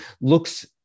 looks